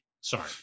Sorry